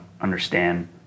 understand